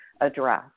address